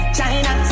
China